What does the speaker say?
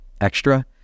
extra